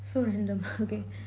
so random okay